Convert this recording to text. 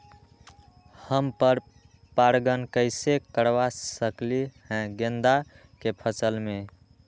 हम पर पारगन कैसे करवा सकली ह गेंदा के फसल में?